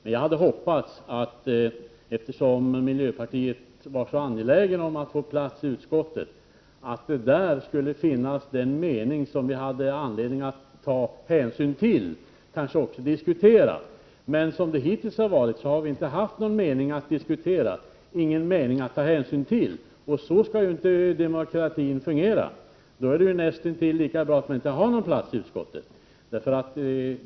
Men jag hade hoppats, eftersom man inom miljöpartiet var så angelägen om att få plats i utskottet, att man där hade givit uttryck för sin mening, som vi andra hade kunnat ta hänsyn till och kanske också diskutera. Som det hittills har varit har vi inte haft någon mening att diskutera i utskottet, ingen mening från miljöpartiet att ta hänsyn till. Så skall inte demokratin fungera. Då är det näst intill lika bra att inte ha någon plats i utskottet.